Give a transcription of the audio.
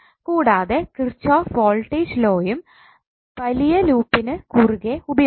കൂടാതെ Kirchhoff voltage ലോയും വലിയ ലൂപ്പിനു കുറുകെ ഉപയോഗിക്കണം